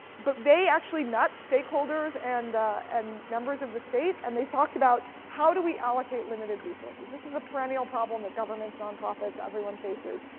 but they actually met stakeholders and and members of the state and they talked about how do we allocate limited resources this is a perennial problem that governments, nonprofits, everyone faces.